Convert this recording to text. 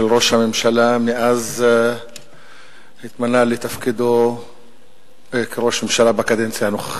של ראש הממשלה מאז התמנה לתפקידו כראש ממשלה בקדנציה הנוכחית.